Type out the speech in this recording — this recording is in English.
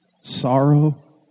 sorrow